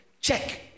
check